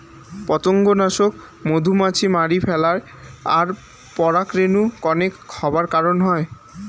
পতঙ্গনাশক মধুমাছি মারি ফেলায় আর পরাগরেণু কনেক হবার কারণ হই